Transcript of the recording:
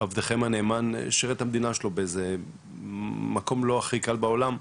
עבדכם הנאמן שירת את המדינה שלו באיזה מקום לא הכי קל בעולם.